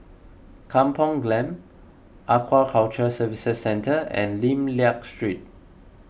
Kampung Glam Aquaculture Services Centre and Lim Liak Street